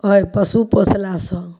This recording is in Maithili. हय पशु पोसलासँ